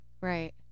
Right